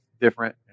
different